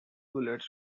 bullets